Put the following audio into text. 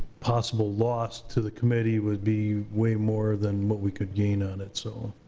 possible loss to the committee would be way more than what we could gain on it, so